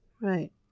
right